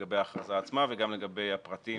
לגבי ההכרזה עצמה וגם לגבי הפרטים